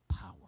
power